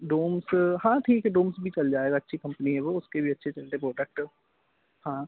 डोम्स हाँ ठीक है डोम्स भी चल जाएगा अच्छी कंपनी है वो उसके भी अच्छे चलते प्रोटेक्टर हाँ